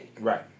Right